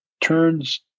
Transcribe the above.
turns